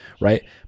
right